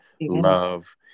love